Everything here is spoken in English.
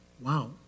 Wow